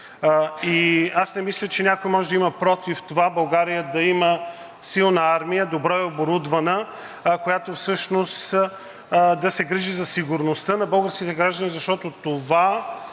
Не мисля, че някой може да има против това България да има силна армия, добре оборудвана, която всъщност да се грижи за сигурността на българските граждани, защото това